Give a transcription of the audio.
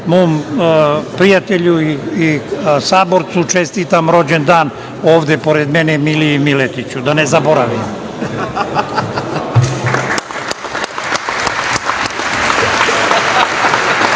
mom prijatelju i saborcu čestitam rođendan, ovde pored mene, Miliji Miletiću, da ne zaboravim.